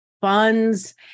funds